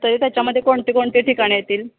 तरी त्याच्यामध्ये कोणते कोणते ठिकाणं येतील